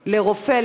לרופא,